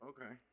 Okay